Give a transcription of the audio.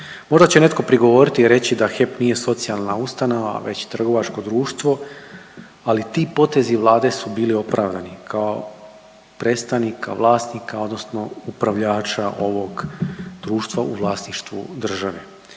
Možda će netko prigovoriti i reći da HEP nije socijalna ustanova već trgovačko društvo, ali ti potezi Vlade su bili opravdani kao predstavnika vlasnika, odnosno upravljača ovog društva u vlasništvu države.